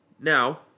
Now